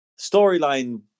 storyline